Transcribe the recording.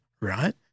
right